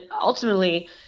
ultimately